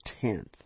tenth